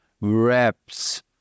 reps